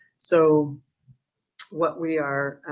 so what we are